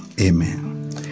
Amen